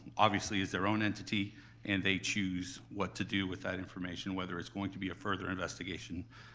obviously is their own entity and they choose what to do with that information, whether it's going to be a further investigation,